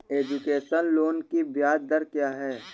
Education loan की ब्याज दर क्या है?